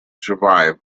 survive